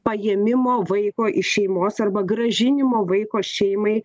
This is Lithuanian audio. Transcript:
paėmimo vaiko iš šeimos arba grąžinimo vaiko šeimai